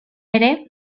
ere